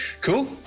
Cool